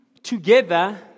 Together